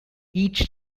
each